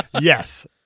Yes